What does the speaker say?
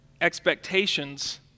expectations